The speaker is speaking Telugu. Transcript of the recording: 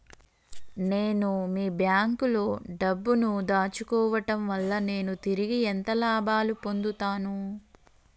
నేను మీ బ్యాంకులో డబ్బు ను దాచుకోవటం వల్ల నేను తిరిగి ఎంత లాభాలు పొందుతాను?